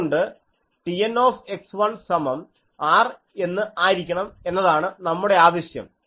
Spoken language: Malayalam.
അതുകൊണ്ട് TN സമം R എന്ന് ആയിരിക്കണം എന്നതാണ് നമ്മുടെ ആവശ്യം